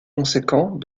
conséquent